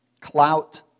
clout